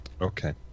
Okay